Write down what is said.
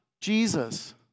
Jesus